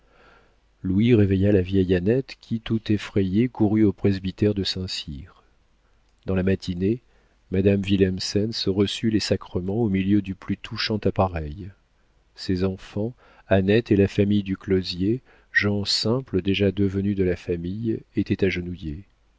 réveilla la vieille annette qui tout effrayée courut au presbytère de saint-cyr dans la matinée madame willemsens reçut les sacrements au milieu du plus touchant appareil ses enfants annette et la famille du closier gens simples déjà devenus de la famille étaient agenouillés